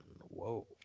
Whoa